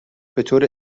بطور